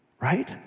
right